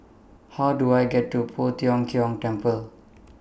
How Do I get to Poh Tiong Kiong Temple